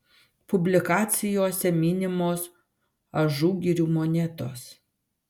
publikacijose minimos ažugirių monetos